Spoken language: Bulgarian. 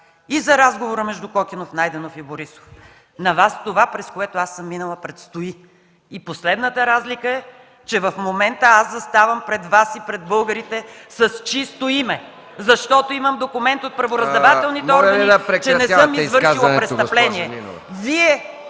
и за разговора между Кокинов – Найденов – Борисов. На Вас това, през което аз съм минала, предстои. И последната разлика е, че в момента аз заставам пред Вас и пред българите с чисто име, защото имам документ от правораздавателните органи, че не съм извършила престъпление.